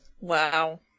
wow